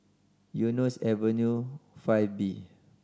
Eunos Avenue Five B